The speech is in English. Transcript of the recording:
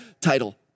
title